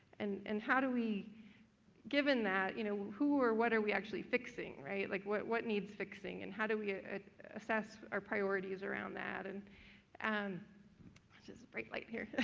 and and how do we given that, you know, who or what are we actually fixing, right? like what what needs fixing and how do we assess our priorities around that? and and just like here.